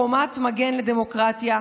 חומת מגן לדמוקרטיה,